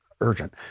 urgent